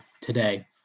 today